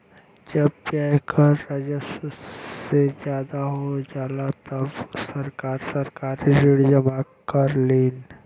जब व्यय कर राजस्व से ज्यादा हो जाला तब सरकार सरकारी ऋण जमा करलीन